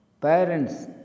Parents